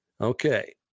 Okay